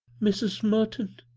mrs. merton,